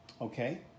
Okay